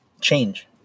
change